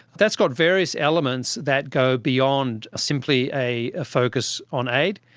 that's got various elements that go beyond simply a ah focus on aid.